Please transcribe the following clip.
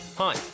Hi